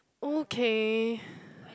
okay